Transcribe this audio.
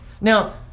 Now